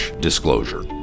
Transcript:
Disclosure